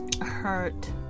hurt